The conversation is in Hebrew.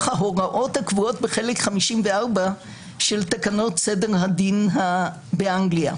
ההוראות הקבועות בחלק 54 של תקנות סדר הדין באנגליה.